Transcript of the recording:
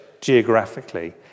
geographically